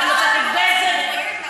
נפתרה הבעיה של הדיור הציבורי, מירב?